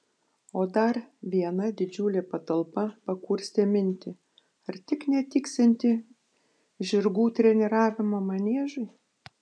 o dar viena didžiulė patalpa pakurstė mintį ar tik netiksianti žirgų treniravimo maniežui